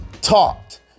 talked